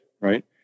right